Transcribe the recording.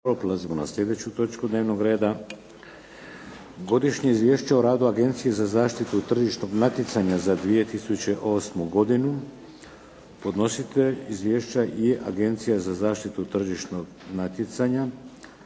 Prelazimo na sljedeću točku dnevnog reda - Godišnje izvješće o radu Agencije za zaštitu tržišnog natjecanja za 2008. godinu, podnositelj: Agencija za zaštitu tržišnog natjecanja